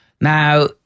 Now